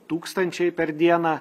tūkstančiai per dieną